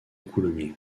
coulommiers